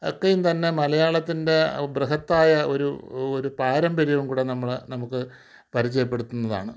ഒക്കെയും തന്നെ മലയാളത്തിന്റെ ബ്രഹത്തായ ഒരു പാരമ്പര്യവും കൂടെ നമ്മളെ നമുക്ക് പരിചയപ്പെടുത്തുന്നതാണ്